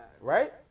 Right